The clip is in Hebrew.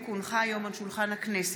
כי הונחה היום על שולחן הכנסת,